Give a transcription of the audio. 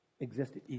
existed